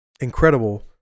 Incredible